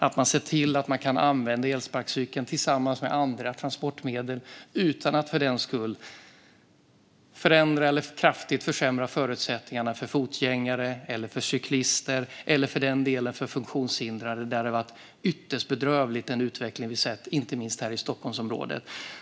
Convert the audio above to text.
Vi ska se till att man kan använda elsparkcykeln tillsammans med andra transportmedel utan att för den skull förändra eller kraftigt försämra förutsättningarna för fotgängare, cyklister eller för den delen funktionshindrade. Den utveckling vi har sett har varit bedrövlig, inte minst här i Stockholmsområdet.